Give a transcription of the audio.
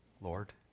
Lord